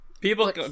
people